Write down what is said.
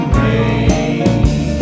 rain